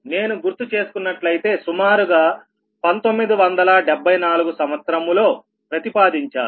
నేను గుర్తు చేసుకున్నట్లయితే సుమారుగా 1974 సంవత్సరములో ప్రతిపాదించారు